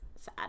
sad